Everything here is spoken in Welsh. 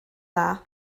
dda